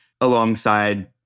alongside